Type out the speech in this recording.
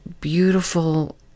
beautiful